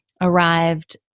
arrived